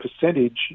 percentage